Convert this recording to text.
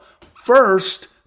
First